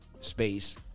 Space